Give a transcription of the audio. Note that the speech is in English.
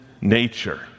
nature